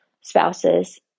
spouse's